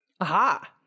Aha